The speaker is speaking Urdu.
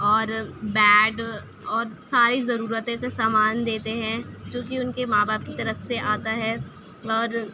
اور بیڈ اور ساری ضروتوں کے سامان دیتے ہیں چوں کہ ان کے ماں باپ کی طرف سے آتا ہے اور